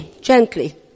gently